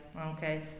Okay